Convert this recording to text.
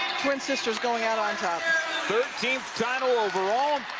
twin sisters going out on top thirteenth title overall.